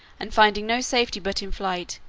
and finding no safety but in flight,